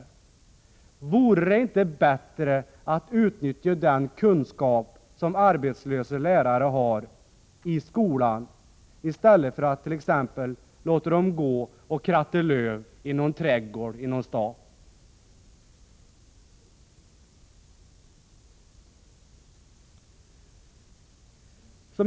Vore det inte bättre att ta till vara lärarnas kunskap i skolan i stället för att låta dem t.ex. gå och kratta löv i någon stadsträdgård?